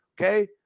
okay